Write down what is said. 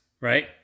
right